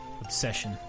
obsession